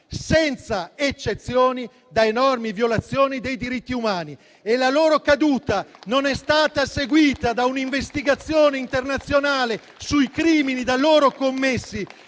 senza eccezioni da enormi violazioni dei diritti umani e la loro caduta non è stata seguita da un'investigazione internazionale sui crimini da loro commessi.